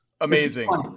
Amazing